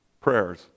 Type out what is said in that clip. prayers